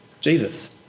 Jesus